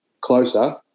closer